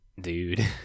Dude